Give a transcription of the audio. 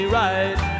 right